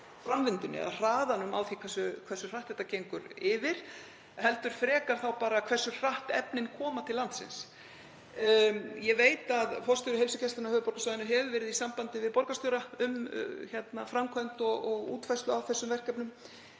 framvindunni eða því hversu hratt þetta gengur yfir, heldur frekar þá hversu hratt efnin koma til landsins. Ég veit að forstjóri Heilsugæslu höfuðborgarsvæðisins hefur verið í sambandi við borgarstjóra um framkvæmd og útfærslu á þessum verkefnum.